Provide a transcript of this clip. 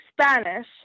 Spanish